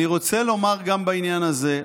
אני רוצה לומר גם בעניין הזה,